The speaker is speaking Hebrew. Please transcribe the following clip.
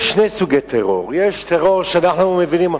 יש שני סוגי טרור: יש טרור שאנחנו מבינים,